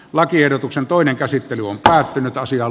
lakiehdotuksen toinen käsittely on päättynyt asian